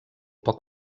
poc